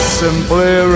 simply